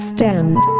Stand